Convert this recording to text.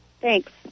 Thanks